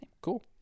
Cool